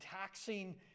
taxing